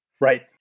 Right